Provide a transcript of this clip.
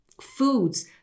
Foods